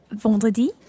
vendredi